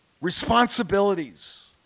responsibilities